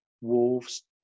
Wolves